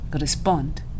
respond